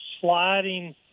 sliding